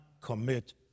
commit